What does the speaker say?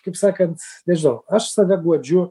kaip sakant nežinau aš save guodžiu